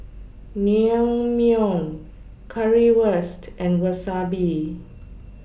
Naengmyeon Currywurst and Wasabi